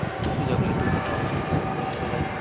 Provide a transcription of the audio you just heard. যখন ট্যুরে যাওয়া হচ্ছে সেখানে সবাই